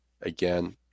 again